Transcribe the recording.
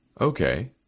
Okay